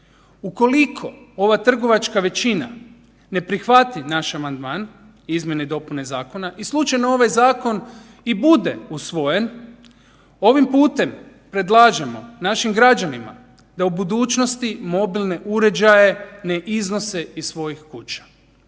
Ukoliko ova trgovačka većina ne prihvati naš amandman izmjene i dopune zakona i slučajno ovaj zakon i bude usvojen, ovim putem predlažemo našim građanima da u budućnosti mobilne uređaje ne iznose iz svojih kuća.